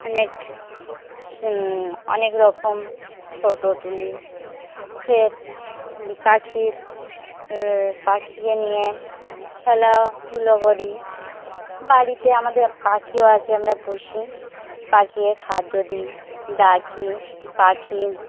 অনেক অনেক রকম ফটো তুলি ফের পাখির পাখিকে নিয়ে খেলাধুলো করি বাড়িতে আমাদের পাখিও আছে আমরা পুষি পাখিকে খাদ্য দিই ডাকি পাখি